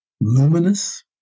luminous